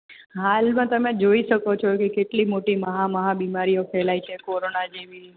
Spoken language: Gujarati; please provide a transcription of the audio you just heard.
હાલમાં તમે જોઈ શકો છો કે કેટલી મોટી મહા મહા બીમારીઓ ફેલાય છે કોરોના જેવી